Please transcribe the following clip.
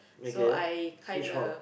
okay which hall